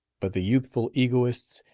but the youthful egoists,